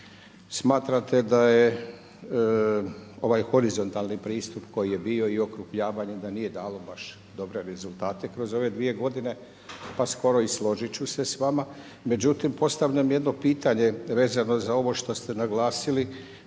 smatrate da je ovaj horizontalni pristup koji je bio i okrupnjavanje da nije dalo baš dobre rezultate kroz ove dvije godine, pa skoro i složiti ću se s vama. Međutim, postavljam jedno pitanje vezano za ovo što ste naglasili